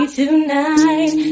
tonight